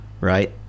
right